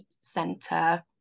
center